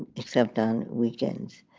except on weekends.